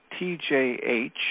tjh